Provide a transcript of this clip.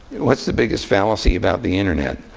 what's the biggest fallacy about the internet?